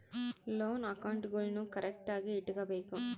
loan ಅಕೌಂಟ್ಗುಳ್ನೂ ಕರೆಕ್ಟ್ಆಗಿ ಇಟಗಬೇಕು